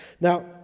Now